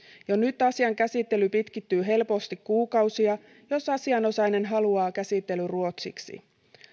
jo nyt asian käsittely pitkittyy helposti kuukausia jos asian osainen haluaa käsittelyn ruotsiksi